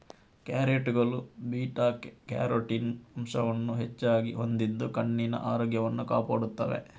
ಕ್ಯಾರೆಟುಗಳು beta carotene ಅಂಶವನ್ನು ಹೆಚ್ಚಾಗಿ ಹೊಂದಿದ್ದು ಕಣ್ಣಿನ ಆರೋಗ್ಯವನ್ನು ಕಾಪಾಡುತ್ತವೆ